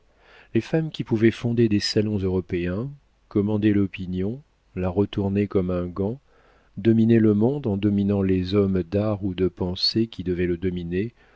les femmes qui pouvaient fonder des salons européens commander l'opinion la retourner comme un gant dominer le monde en dominant les hommes d'art ou de pensée qui devaient le dominer